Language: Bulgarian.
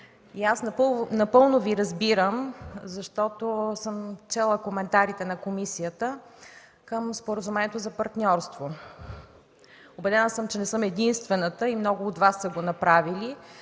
и аз напълно Ви разбирам, защото съм чела коментарите на комисията към Споразумението за партньорство. Убедена съм, че не съм единствената и много от Вас са го направили